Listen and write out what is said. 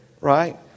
right